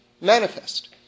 manifest